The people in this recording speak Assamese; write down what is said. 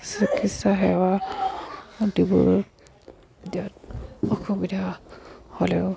চিকিৎসাসেৱা দিবলৈ দিয়াত অসুবিধা হ'লেও